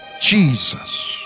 Jesus